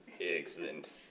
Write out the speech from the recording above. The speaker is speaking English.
Excellent